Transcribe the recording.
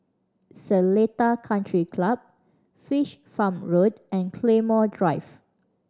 Seletar Country Club Fish Farm Road and Claymore Drive